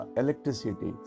electricity